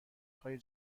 های